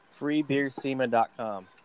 FreebeerSEMA.com